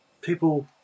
people